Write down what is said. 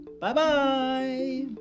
Bye-bye